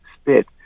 spit